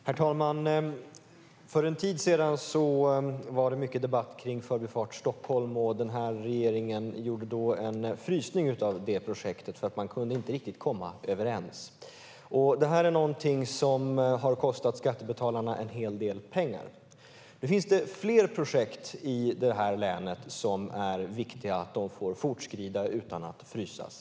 Herr talman! För en tid sedan var det mycket debatt om Förbifart Stockholm. Regeringen gjorde då en frysning av projektet, för man kunde inte riktigt komma överens. Detta är någonting som har kostat skattebetalarna en hel del pengar. Nu finns det fler projekt i länet som är viktiga. Det är viktigt att de får fortskrida utan att frysas.